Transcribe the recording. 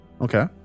Okay